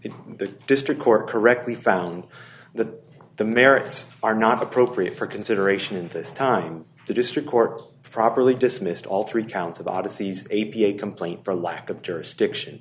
in the district court correctly found the merits are not appropriate for consideration in this time the district court properly dismissed all three counts of odysseys a p a complaint for lack of jurisdiction